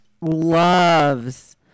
loves